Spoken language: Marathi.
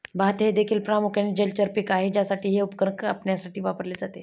भात हे देखील प्रामुख्याने जलचर पीक आहे ज्यासाठी हे उपकरण कापण्यासाठी वापरले जाते